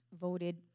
Voted